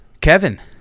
Kevin